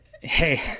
hey